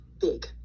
big